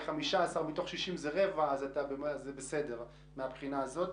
15 מתוך 60 זה רבע, אז זה בסדר מהבחינה הזאת.